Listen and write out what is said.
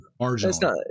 Marginally